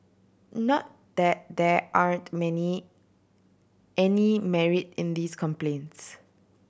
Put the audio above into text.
not that there aren't many any merit in these complaints